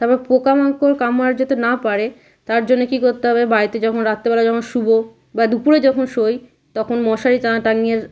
তারপর পোকামাকড় কামড়াতে যাতে না পারে তার জন্যে কি করতে হবে বাড়িতে যখন রাত্রেবেলা যখন শোবো বা দুপুরে যখন শুই তখন মশারি না টাঙ্গিয়ে